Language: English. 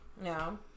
No